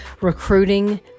recruiting